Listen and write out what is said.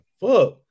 fuck